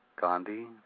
Gandhi